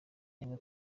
yanga